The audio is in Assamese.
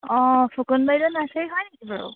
অঁ ফুকন বাইদেউৰ নাৰ্ছাৰী হয় নেকি বাৰু